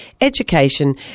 education